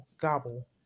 gobble